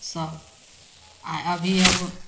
सभ आओर अभी अब